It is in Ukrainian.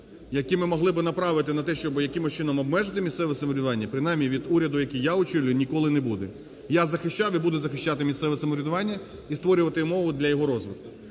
які ми могли би направити на те, щоб якимось чином обмежити місцеве самоврядування, принаймні від уряду, який я очолюю, ніколи не буде. Я захищав і буду захищати місцеве самоврядування і створювати умови для його розвитку.